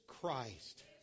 Christ